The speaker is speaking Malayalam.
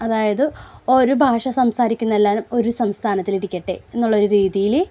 അതായത് ഒരു ഭാഷ സംസാരിക്കുന്ന എല്ലാവരും ഒരു സംസ്ഥാനത്തിൽ ഇരിക്കട്ടെ എന്നുള്ള ഒരു രീതിയിൽ